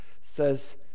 says